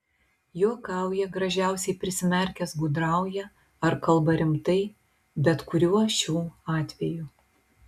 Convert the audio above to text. juokauja gražiausiai prisimerkęs gudrauja ar kalba rimtai bet kuriuo šių atvejų